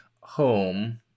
home